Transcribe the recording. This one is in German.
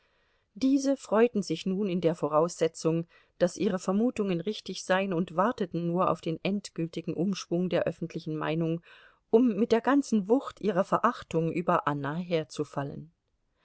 diese freuten sich nun in der voraussetzung daß ihre vermutungen richtig seien und warteten nur auf den endgültigen umschwung der öffentlichen meinung um mit der ganzen wucht ihrer verachtung über anna